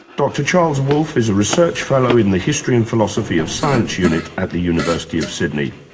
dr charles wolfe is a research fellow in the history and philosophy of science unit at the university of sydney.